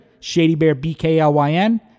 ShadyBearBKLYN